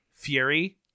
Fury